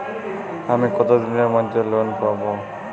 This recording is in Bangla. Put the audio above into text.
আমি কতদিনের মধ্যে লোন পাব?